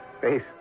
face